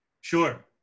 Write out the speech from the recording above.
Sure